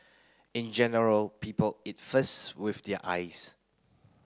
in general people eat first with their eyes